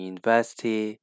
University